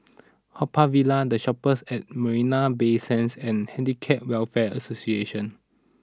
Haw Par Villa The Shoppes at Marina Bay Sands and Handicap Welfare Association